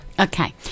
okay